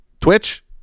twitch